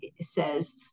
says